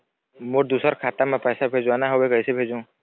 मोर दुसर खाता मा पैसा भेजवाना हवे, कइसे भेजों?